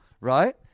right